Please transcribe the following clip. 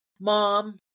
mom